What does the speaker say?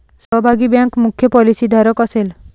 सहभागी बँक मुख्य पॉलिसीधारक असेल